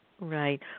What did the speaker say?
Right